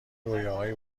رویاهای